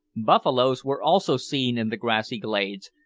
buffaloes were also seen in the grassy glades,